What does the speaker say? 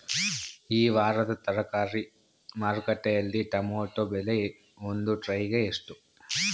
ಈ ವಾರದ ತರಕಾರಿ ಮಾರುಕಟ್ಟೆಯಲ್ಲಿ ಟೊಮೆಟೊ ಬೆಲೆ ಒಂದು ಟ್ರೈ ಗೆ ಎಷ್ಟು?